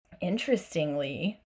interestingly